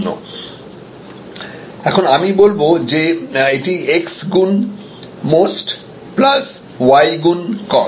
সুতরাং এখন আমি বলব যে এটি X গুন MOST প্লাস Y গুন COST